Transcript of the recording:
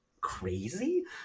crazy